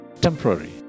temporary